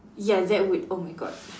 ya that would oh my god